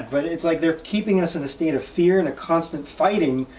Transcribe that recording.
but it's like they're keeping us in the state of fear, in a constant fighting,